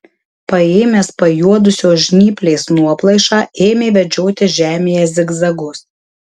paėmęs pajuodusios žnyplės nuoplaišą ėmė vedžioti žemėje zigzagus